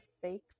fake